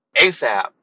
ASAP